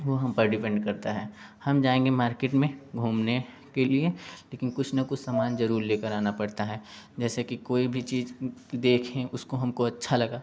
वो हम पे डिपेंड करता है हम जाएंगे मार्केट में घूमने के लिए लेकिन कुछ ना कुछ सामान जरूर लेकर आना पड़ता है जैसे कि कोई भी चीज देखें उसको हमको अच्छा लगा